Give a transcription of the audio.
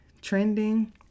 trending